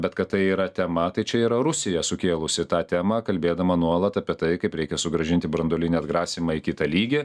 bet kad tai yra tema tai čia yra rusija sukėlusi tą temą kalbėdama nuolat apie tai kaip reikia sugrąžinti branduolinį atgrasymą į kitą lygį